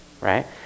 right